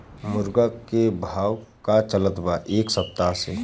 मुर्गा के भाव का चलत बा एक सप्ताह से?